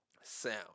sound